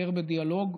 יותר בדיאלוג.